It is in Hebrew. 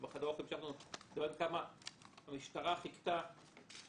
המשטרה חיכתה.